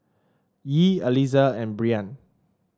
Yee Aliza and Breann